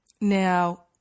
now